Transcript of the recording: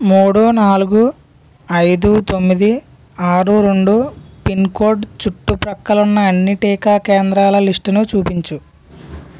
మూడు నాలుగు ఐదు తొమ్మిది ఆరు రెండు పిన్కోడ్ చుట్టుప్రక్కలున్న అన్ని టీకా కేంద్రాల లిస్టుని చూపించు